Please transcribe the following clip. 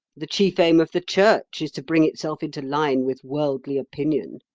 the chief aim of the church is to bring itself into line with worldly opinion.